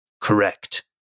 Correct